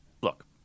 Look